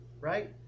right